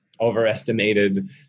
overestimated